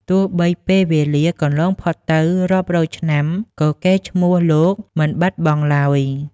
ទោះបីពេលវេលាកន្លងផុតទៅរាប់រយឆ្នាំ ក៏កេរ្តិ៍ឈ្មោះលោកមិនបាត់បង់ឡើយ។